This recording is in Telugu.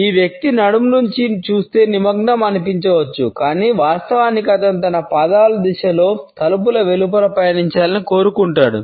ఈ వ్యక్తి నడుము నుండి చూస్తే నిమగ్నం అనిపించవచ్చు కాని వాస్తవానికి అతను తన పాదాల దిశలో తలుపు వెలుపల పయనించాలని కోరుకుంటాడు